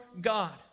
God